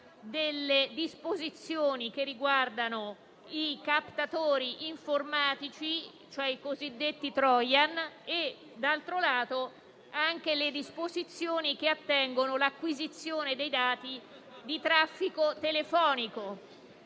delle disposizioni che riguardano i captatori informatici, cosiddetti *trojan*, e in relazione alle disposizioni che attengono all'acquisizione dei dati di traffico telefonico.